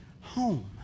home